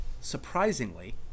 surprisingly